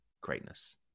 greatness